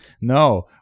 No